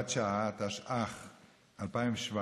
יש גיל